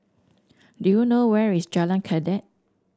do you know where is Jalan Kledek